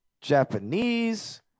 japanese